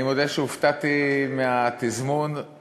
אני צריך להקדים ולומר, אנחנו חשבנו על זה